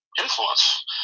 influence